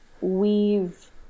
weave